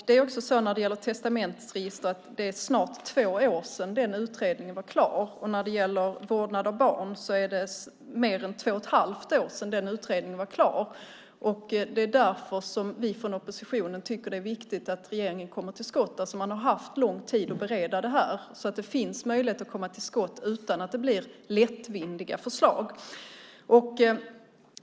Det är snart två år sedan utredningen om testamentsregister blev klar, och det är mer än två och ett halvt år sedan utredningen om vårdnad om barn blev klar. Det är därför vi från oppositionen tycker att det är viktigt att regeringen kommer till skott. Man har haft lång tid för att bereda detta, så det finns möjlighet att komma till skott utan att det blir lättvindiga förslag.